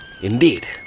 Indeed